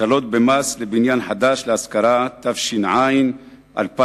(הקלות במס לבניין חדש להשכרה), התש"ע 2009,